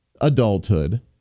adulthood